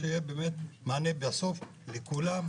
שיהיה באמת מענה בסוף לכולם.